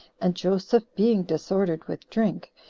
and joseph, being disordered with drink,